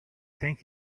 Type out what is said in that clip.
thank